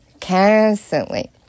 constantly